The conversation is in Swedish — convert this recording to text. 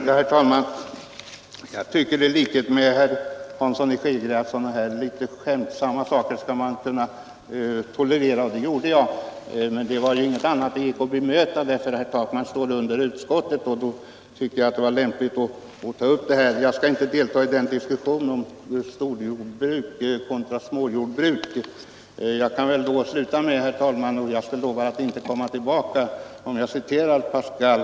Herr talman! Jag tycker i likhet med herr Hansson i Skegrie att sådana här litet skämtsamma inslag skall man kunna tolerera, och det gjorde jag. Men det var inget annat som behövde bemötas därför att herr Takman står under utskottet. Därför tyckte jag det var lämpligt att ta upp denna fråga. Jag skall inte delta i diskussionen om storjordbruk kontra småbruk. Jag kan väl sluta, herr talman, och jag lovar att inte komma tillbaka, med att citera Pascal.